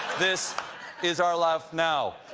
this is our life now.